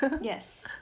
Yes